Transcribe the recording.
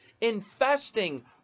infesting